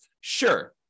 Sure